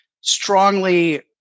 strongly